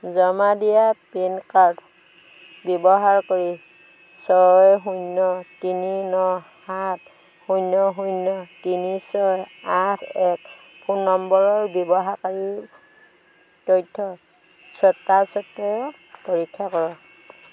জমা দিয়া PAN card ব্যৱহাৰ কৰি ছয় শূন্য তিনি ন সাত শূন্য শূন্য তিনি ছয় আঠ এক ফোন নম্বৰৰ ব্যৱহাৰকাৰী তথ্যৰ সত্যাসত্য পৰীক্ষা কৰক